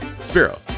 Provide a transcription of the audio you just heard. SPIRO